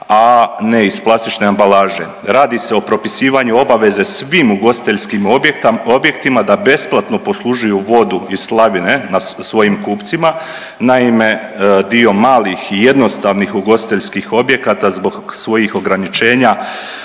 a ne iz plastične ambalaže. Radi se o propisivanju obaveze svim ugostiteljskim objektima da besplatno poslužuju vodu iz slavine na svojim kupcima. Naime, dio malih i jednostavnih ugostiteljskih objekata zbog svojih ograničenja